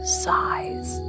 size